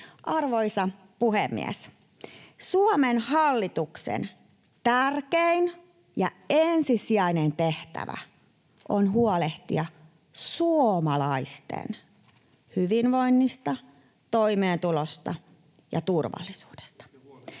Arvoisa puhemies! Suomen hallituksen tärkein ja ensisijainen tehtävä on huolehtia suomalaisten hyvinvoinnista, toimeentulosta ja turvallisuudesta.